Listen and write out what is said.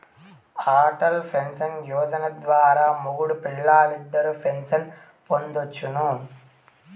Atal pension Yojana ద్వారా మొగుడూ పెల్లాలిద్దరూ పెన్సన్ పొందొచ్చును